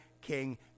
King